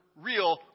real